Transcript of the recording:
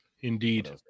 Indeed